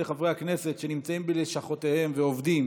שחברי הכנסת שנמצאים בלשכותיהם ועובדים